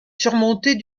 surmontée